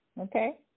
Okay